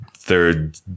Third